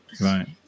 Right